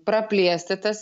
praplėsti tas